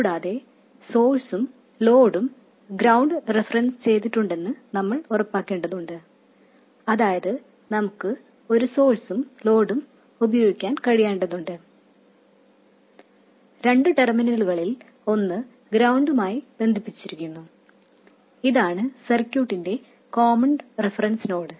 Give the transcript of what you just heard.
കൂടാതെ സോഴ്സും ലോഡും ഗ്രൌണ്ട് റഫറൻസ് ചെയ്തിട്ടുണ്ടെന്ന് നമ്മൾ ഉറപ്പാക്കേണ്ടതുണ്ട് അതായത് നമുക്ക് ഒരു സോഴ്സും ലോഡും ഉപയോഗിക്കാൻ കഴിയേണ്ടതുണ്ട് രണ്ട് ടെർമിനലുകളിൽ ഒന്ന് ഗ്രൌണ്ടുമായി ബന്ധിപ്പിച്ചിരിക്കുന്നു ഇതാണ് സർക്യൂട്ടിന്റെ കോമൺ റഫറൻസ് നോഡ്